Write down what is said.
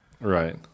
right